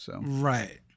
Right